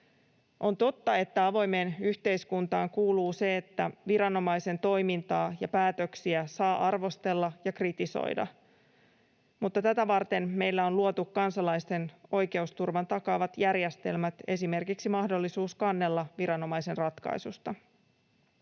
On totta, että avoimeen yhteiskuntaan kuuluu se, että viranomaisen toimintaa ja päätöksiä saa arvostella ja kritisoida, mutta tätä varten meillä on luotu kansalaisten oikeusturvan takaavat järjestelmät, esimerkiksi mahdollisuus kannella viranomaisen ratkaisusta.